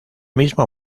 mismo